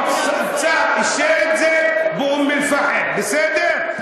האוצר אישר את זה באום-אלפחם, בסדר?